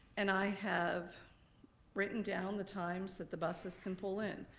and i have written down the times that the buses can pull in.